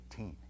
18